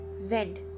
wind